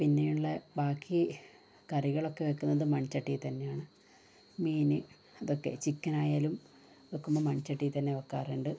പിന്നേയുള്ള ബാക്കി കറികളൊക്കെ വെക്കുന്നത് മൺചട്ടീ തന്നെയാണ് മീന് അതൊക്കെ ചിക്കനായാലും വെക്കുമ്പം മൺചട്ടീ തന്നെ വെക്കാറുണ്ട്